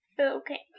Okay